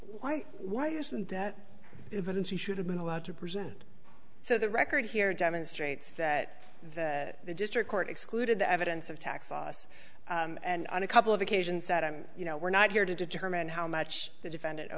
why why isn't that evidence he should have been allowed to present so the record here demonstrates that that the district court excluded the evidence of tax us and on a couple of occasions that i'm you know we're not here to determine how much the defendant